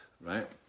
right